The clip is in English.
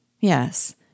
Yes